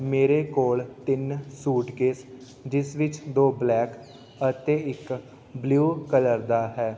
ਮੇਰੇ ਕੋਲ ਤਿੰਨ ਸੂਟਕੇਸ ਜਿਸ ਵਿੱਚ ਦੋ ਬਲੈਕ ਅਤੇ ਇੱਕ ਬਲੂ ਕਲਰ ਦਾ ਹੈ